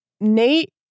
Nate